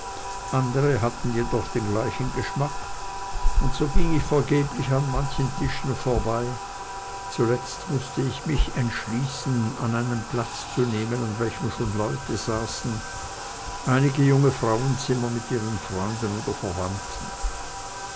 andere hatten jedoch den gleichen geschmack und so ging ich vergeblich an manchen tischen vorbei zuletzt mußte ich mich entschließen an einem platz zu nehmen an welchem schon leute saßen einige junge frauenzimmer mit ihren freunden oder verwandten